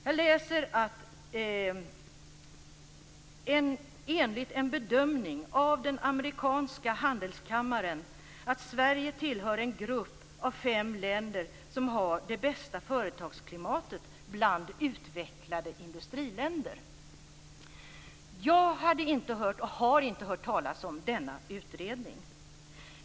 Jag läser följande: "Vidare gäller enligt en bedömning av den amerikanska handelskammaren att Sverige tillhör en grupp av fem länder som har det bästa företagsklimatet bland utvecklade industrinationer." Jag har inte hört talas om denna utredning.